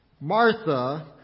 Martha